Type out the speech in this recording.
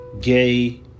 gay